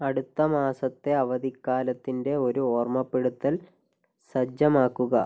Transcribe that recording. അടുത്ത മാസത്തെ അവധിക്കാലത്തിന്റെ ഒരു ഓർമ്മപ്പെടുത്തൽ സജ്ജമാക്കുക